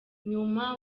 nyuma